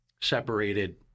separated